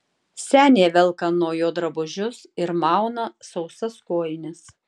senė velka nuo jo drabužius ir mauna sausas kojines